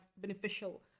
beneficial